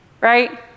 right